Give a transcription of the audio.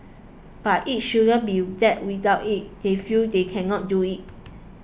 but it shouldn't be that without it they feel they can not do it